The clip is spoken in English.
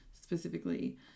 specifically